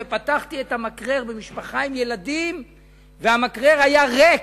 פתחתי את המקרר אצל משפחה עם ילדים והמקרר היה ריק.